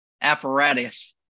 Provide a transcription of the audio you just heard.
apparatus